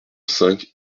cinq